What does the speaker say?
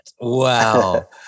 Wow